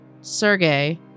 Sergey